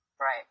Right